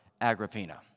Agrippina